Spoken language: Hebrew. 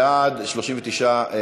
בעד 28, 39 נגד.